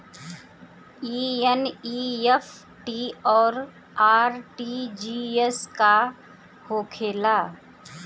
ई एन.ई.एफ.टी और आर.टी.जी.एस का होखे ला?